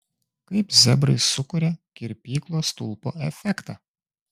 kaip zebrai sukuria kirpyklos stulpo efektą